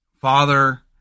father